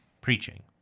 preaching